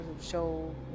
show